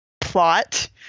plot